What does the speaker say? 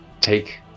take